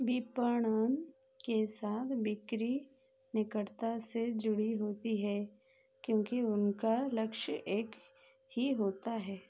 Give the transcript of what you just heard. विपणन के साथ बिक्री निकटता से जुड़ी होती है क्योंकि उनका लक्ष्य एक ही होता है